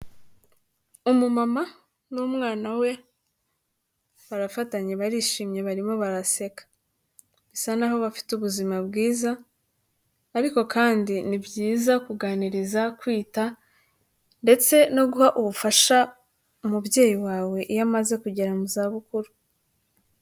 Umumama n'umwana we barafatanye barishimye barimo baraseka, bisa naho bafite ubuzima bwiza, ariko kandi ni byiza kuganiriza, kwita ndetse no guha ubufasha umubyeyi wawe iyo amaze kugera mu zabukuru.